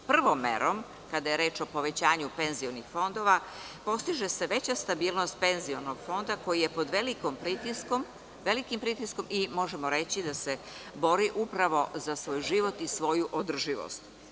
Prvom merom, kada je reč o povećanju penzionih fondova, postiže se veća stabilnost penzionog fonda koji je pod velikim pritiskom i možemo reći da se bori upravo za svoj život i svoju održivost.